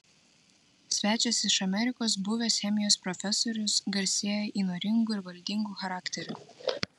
svečias iš amerikos buvęs chemijos profesorius garsėja įnoringu ir valdingu charakteriu